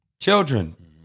children